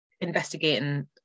investigating